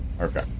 Okay